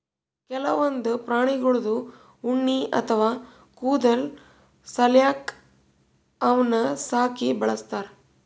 ಕೆಲವೊಂದ್ ಪ್ರಾಣಿಗಳ್ದು ಉಣ್ಣಿ ಅಥವಾ ಕೂದಲ್ ಸಲ್ಯಾಕ ಅವನ್ನ್ ಸಾಕಿ ಬೆಳಸ್ತಾರ್